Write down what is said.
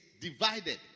divided